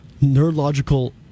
neurological